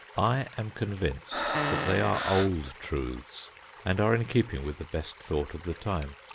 i am convinced that they are old truths and are in keeping with the best thought of the time.